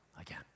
again